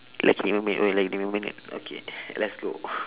lagi lima minit !oi! lagi lima minit okay let's go